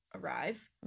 arrive